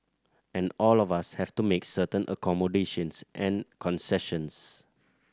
and all of us have to make certain accommodations and concessions